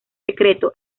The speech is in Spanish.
secreto